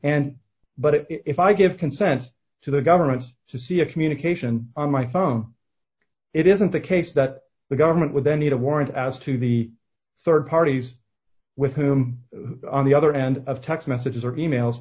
and but if i give consent to the government to see a communication on my phone it isn't the case that the government would then need a warrant as to the rd parties with whom on the other end of text messages or e mails